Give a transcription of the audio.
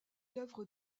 l’œuvre